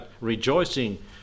rejoicing